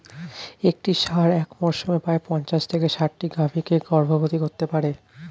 একটি ষাঁড় এক মরসুমে প্রায় পঞ্চাশ থেকে ষাটটি গাভী কে গর্ভবতী করতে পারে